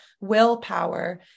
willpower